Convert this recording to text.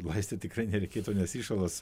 laistyt tikrai nereikėtų nes įšalas